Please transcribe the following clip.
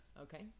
Okay